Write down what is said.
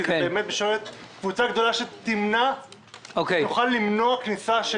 כי זה באמת משרת קבוצה גדולה שתוכל למנוע כניסה של